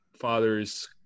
father's